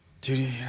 Dude